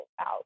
out